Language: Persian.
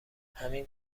همین